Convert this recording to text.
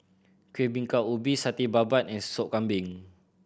Kuih Bingka Ubi Satay Babat and Soup Kambing